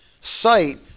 sight